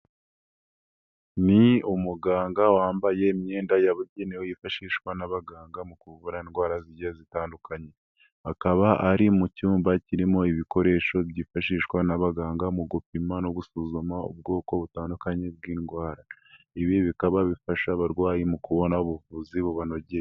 Ni umuganga wambaye imyenda yabugenewe yifashishwa n'abaganga mu kuvura indwara zigiye zitandukanye. Akaba ari mu cyumba kirimo ibikoresho byifashishwa n'abaganga mu gupima no gusuzuma ubwoko butandukanye bw'indwara. Ibi bikaba bifasha abarwayi mu kubona ubuvuzi bubanogeye.